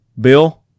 Bill